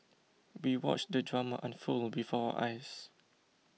we watched the drama unfold before our eyes